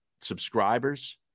subscribers